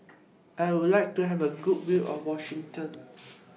I Would like to Have A Good View of Wellington